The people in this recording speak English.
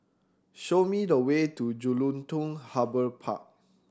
show me the way to Jelutung Harbour Park